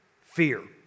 fear